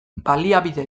baliabide